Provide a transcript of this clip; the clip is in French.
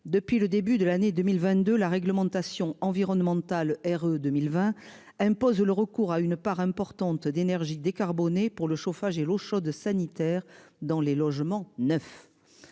Depuis le début de l'année 2022, la réglementation environnementale R 2020 impose le recours à une part importante d'énergies décarbonnées pour le chauffage et l'eau chaude sanitaire dans les logements neufs.